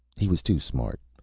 he was too smart.